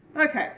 Okay